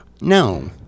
no